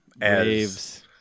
waves